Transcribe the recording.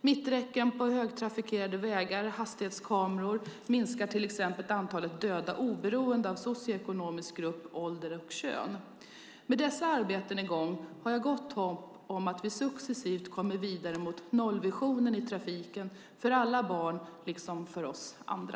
Mitträcken på högtrafikerade vägar och hastighetskameror minskar till exempel antalet döda oberoende av socioekonomisk grupp, ålder och kön. Med dessa arbeten i gång har jag gott hopp om att vi successivt kommer vidare mot nollvisionen i trafiken, för alla barn liksom för oss andra.